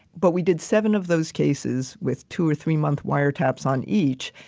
but we did seven of those cases with two or three-month wiretaps on each.